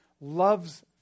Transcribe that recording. loves